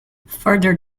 further